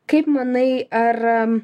kaip manai ar